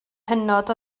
hynod